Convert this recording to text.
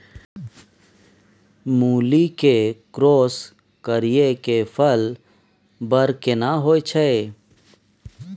मूली के क्रॉस करिये के फल बर केना होय छै?